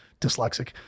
dyslexic